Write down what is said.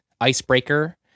icebreaker